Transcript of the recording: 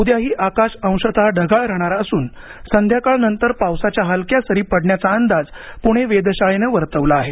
उद्याही आकाश अंशत ढगाळ राहणार असून संध्याकाळ नंतर पावसाच्या हलक्या सरी पडण्याचा अंदाज प्णे वेधशाळेने वर्तवला आहे